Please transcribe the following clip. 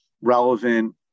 relevant